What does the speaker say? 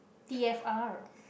t_f_r